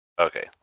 Okay